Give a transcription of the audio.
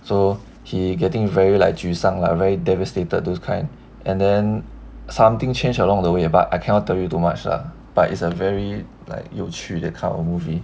so he getting very like 沮丧 lah very devastated those kind and then something change along the way about I cannot tell you too much lah but it's a very like 有趣 that kind of movie